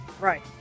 right